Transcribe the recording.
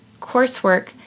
coursework